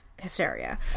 hysteria